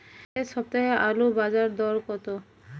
এ সপ্তাহে আলুর বাজার দর কত?